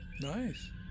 Nice